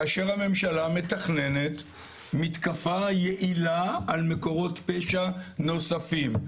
כאשר הממשלה מתכננת מתקפה יעילה על מקורות פשע נוספים.